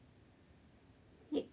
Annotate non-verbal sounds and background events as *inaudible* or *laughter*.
*noise*